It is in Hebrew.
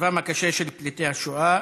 מצבם הקשה של פליטי השואה